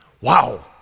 wow